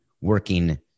working